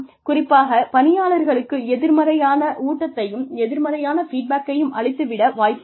குறிப்பாக பணியாளர்களுக்கு எதிர்மறையான ஊட்டத்தையும் எதிர்மறையான ஃபீட்பேக்கையும் அளித்து விட வாய்ப்புள்ளது